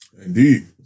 Indeed